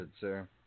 sir